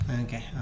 Okay